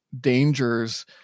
dangers